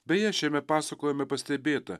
beje šiame pasakojime pastebėta